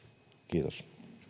kiitos arvoisa puhemies